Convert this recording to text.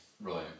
Right